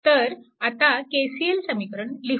तर आता KCL समीकरण लिहू